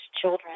children